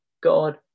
God